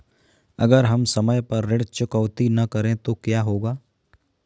अगर हम समय पर ऋण चुकौती न करें तो क्या होगा?